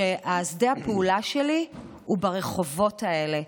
ושדה הפעולה שלי הוא ברחובות האלה,